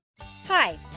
hi